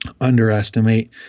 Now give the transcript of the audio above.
underestimate